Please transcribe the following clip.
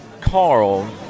Carl